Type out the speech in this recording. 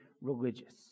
religious